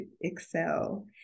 excel